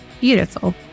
Beautiful